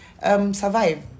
Survive